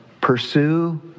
pursue